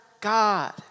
God